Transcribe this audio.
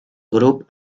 grup